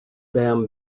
bam